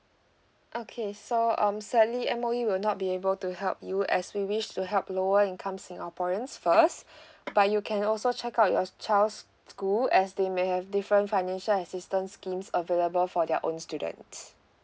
okay so um sadly M_O_E will not be able to help you as we wish to help lower income singaporeans first but you can also check out your child's school as they may have different financial assistance schemes available for their own students